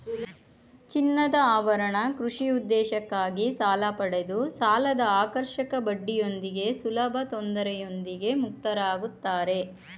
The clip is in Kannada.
ಚಿನ್ನದಆಭರಣ ಕೃಷಿ ಉದ್ದೇಶಕ್ಕಾಗಿ ಸಾಲಪಡೆದು ಸಾಲದಆಕರ್ಷಕ ಬಡ್ಡಿಯೊಂದಿಗೆ ಸುಲಭತೊಂದರೆಯೊಂದಿಗೆ ಮುಕ್ತರಾಗುತ್ತಾರೆ